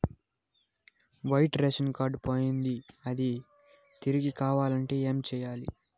white ration card పోయింది అది తిరిగి కావాలంటే ఏం సేయాలి